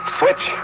switch